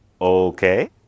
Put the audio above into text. Okay